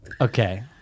Okay